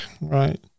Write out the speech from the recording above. right